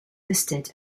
listed